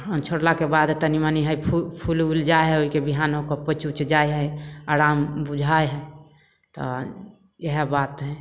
छोड़लाके बाद तनि मनि हइ फु फुलि उलि जाइ हइ ओहिके बिहान होकऽ पचि उचि जाइ हइ आराम बुझाइ हइ तऽ इएह बात हइ